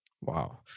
Wow